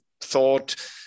thought